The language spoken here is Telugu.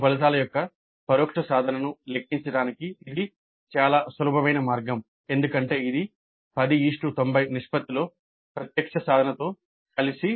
కోర్సు ఫలితాల యొక్క పరోక్ష సాధనను లెక్కించడానికి చాలా సులభమైన మార్గం ఎందుకంటే ఇది 1090 నిష్పత్తిలో ప్రత్యక్ష సాధనతో కలిపి ఉంటుంది 10 శాతం 90 శాతం